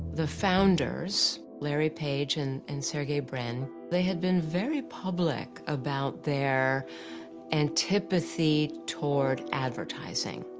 the founders, larry page and and sergey brin, they had been very public about their antipathy toward advertising.